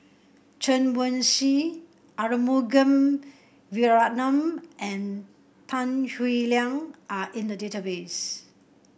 Chen Wen Hsi Arumugam Vijiaratnam and Tan Howe Liang are in the database